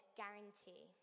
guarantee